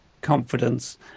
confidence